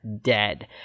dead